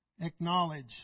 Acknowledge